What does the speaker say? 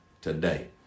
today